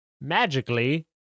magically